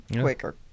quicker